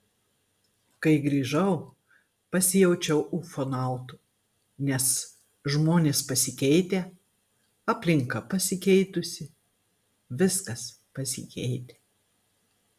kai grįžau pasijaučiau ufonautu nes žmonės pasikeitę aplinka pasikeitusi viskas pasikeitę